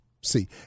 see